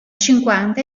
cinquanta